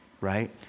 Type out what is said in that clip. Right